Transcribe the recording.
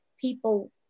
people